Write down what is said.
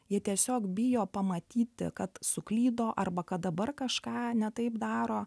jie tiesiog bijo pamatyti kad suklydo arba kad dabar kažką ne taip daro